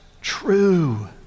true